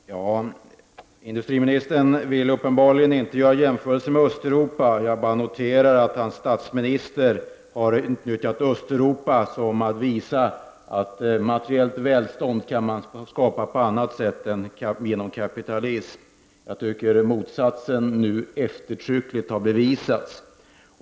Fru talman! Industriministern vill uppenbarligen inte göra jämförelser med Östeuropa. Jag noterar att hans statsminister har utnyttjat Östeuropa för att visa att materiellt välstånd kan skapas på annat sätt än med hjälp av kapitalism. Jag tycker att motsatsen nu eftertryckligt har bevisats.